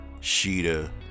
Sheeta